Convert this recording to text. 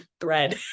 thread